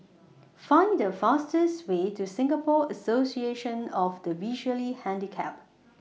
Find The fastest Way to Singapore Association of The Visually Handicapped